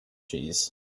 cheese